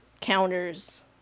counters